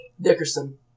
Dickerson